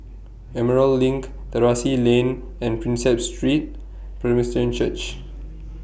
Emerald LINK Terrasse Lane and Prinsep Street Presbyterian Church